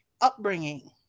upbringing